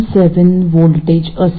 7V voltage असते